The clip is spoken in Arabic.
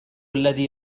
الذي